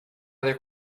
other